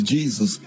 Jesus